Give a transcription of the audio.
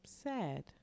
sad